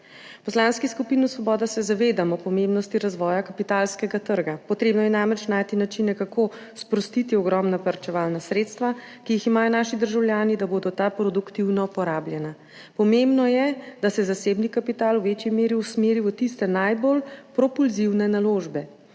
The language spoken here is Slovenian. Poslanski skupini Svoboda se zavedamo pomembnosti razvoja kapitalskega trga. Treba je namreč najti načine, kako sprostiti ogromna varčevalna sredstva, ki jih imajo naši državljani, da bodo ta produktivno porabljena. Pomembno je, da se zasebni kapital v večji meri usmeri v tiste najbolj propulzivne naložbe.